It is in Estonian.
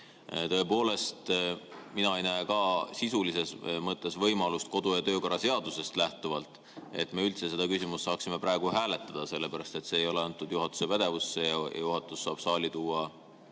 Tõepoolest, mina ei näe ka sisulises mõttes võimalust, lähtudes kodu- ja töökorra seadusest, et me üldse seda küsimust saaksime praegu hääletada, sellepärast et see ei ole antud juhatuse pädevusse. Juhatus saab saali tuua